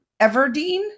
Everdeen